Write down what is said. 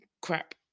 crap